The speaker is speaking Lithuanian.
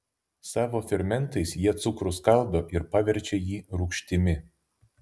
savo fermentais jie cukrų skaldo ir paverčia jį rūgštimi